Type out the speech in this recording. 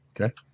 okay